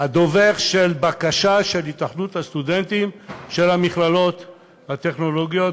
הדובר של הבקשה של התאחדות הסטודנטים של המכללות הטכנולוגיות,